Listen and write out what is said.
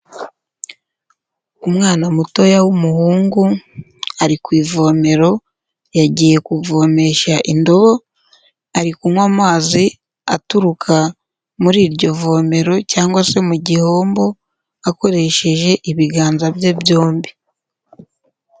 Umwana mutoya w'umuhungu ari ku ivomero, yagiye kuvomesha indobo, ari kunywa amazi aturuka muri iryo vomero cyangwa se mu gihombo, akoresheje ibiganza bye byombi.